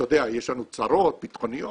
יש לנו צרות ביטחוניות,